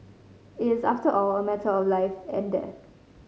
it is after all a matter of life and death